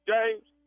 James